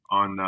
on